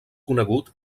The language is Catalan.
conegut